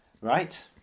right